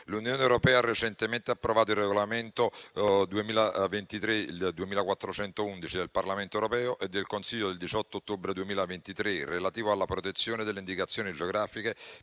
L'Unione europea ha recentemente approvato il regolamento 2411 del Parlamento europeo e del Consiglio del 18 ottobre 2023, relativo alla protezione delle indicazioni geografiche